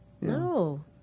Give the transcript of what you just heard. No